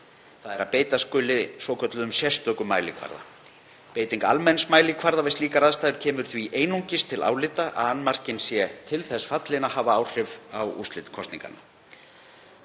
þ.e. að beita skuli sérstökum mælikvarða. Beiting almenns mælikvarða við slíkar aðstæður kemur því einungis til álita að annmarkinn sé til þess fallinn að hafa áhrif á úrslit kosninga.